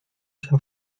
się